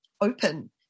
open